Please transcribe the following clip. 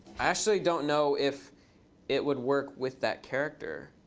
actually don't know if it would work with that character.